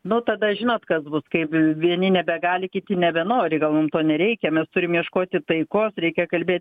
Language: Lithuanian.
nu tada žinot kas bus kaip vieni nebegali kiti nebenori gal mum to nereikia mes turim ieškoti taikos reikia kalbėti